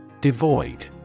Devoid